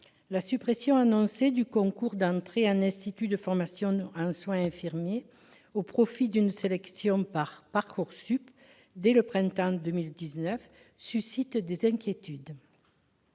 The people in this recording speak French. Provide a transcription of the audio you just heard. La suppression annoncée du concours d'entrée en institut de formation en soins infirmiers au profit d'une sélection par Parcoursup dès le printemps 2019 suscite des inquiétudes.